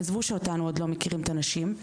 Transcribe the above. עזבו שאותנו עוד לא מכירים, את הנשים,